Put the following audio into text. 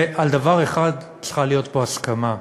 על דבר אחד צריכה להיות פה הסכמה,